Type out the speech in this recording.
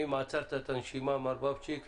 ואם עצרת את הנשימה מר בבצ'יק,